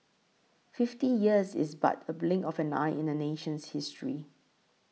fifty years is but the blink of an eye in a nation's history